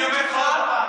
ומה עם הצביעות שלך?